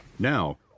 Now